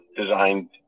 designed